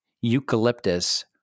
eucalyptus